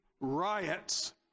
riots